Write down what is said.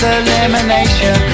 elimination